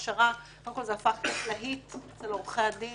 קודם כל, זה הפך להיות להיט אצל עורכי הדין.